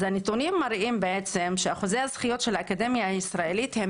הנתונים מראים שאחוזי הזכיות של האקדמיה הישראלית הם